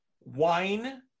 wine